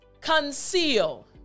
Conceal